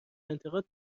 انتقاد